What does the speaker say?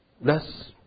less